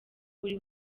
buri